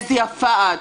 איזו יפה את,